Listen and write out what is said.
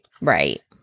Right